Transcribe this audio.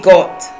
God